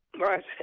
Right